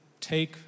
take